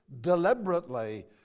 deliberately